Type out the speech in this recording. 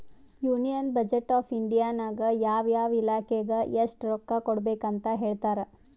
union budget of India ನಾಗ್ ಯಾವ ಯಾವ ಇಲಾಖೆಗ್ ಎಸ್ಟ್ ರೊಕ್ಕಾ ಕೊಡ್ಬೇಕ್ ಅಂತ್ ಹೇಳ್ತಾರ್